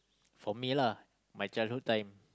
for me lah my childhood time